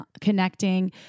connecting